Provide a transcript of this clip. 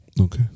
Okay